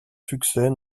succès